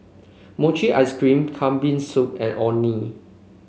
Mochi Ice Cream Kambing Soup and Orh Nee